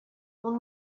اون